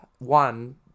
One